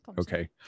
Okay